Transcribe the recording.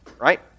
right